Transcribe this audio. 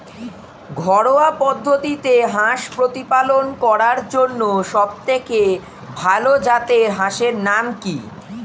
ঘরোয়া পদ্ধতিতে হাঁস প্রতিপালন করার জন্য সবথেকে ভাল জাতের হাঁসের নাম কি?